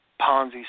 ponzi